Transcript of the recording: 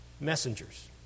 messengers